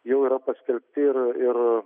jau yra paskelbti ir ir